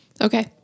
Okay